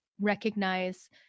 recognize